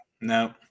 No